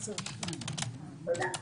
תודה.